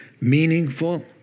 meaningful